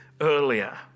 earlier